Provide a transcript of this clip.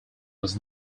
was